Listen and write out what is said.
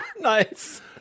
Nice